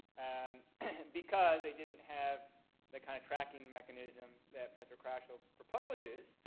um because they didn't have the kind of tracking mechanism that professor kraschell proposes.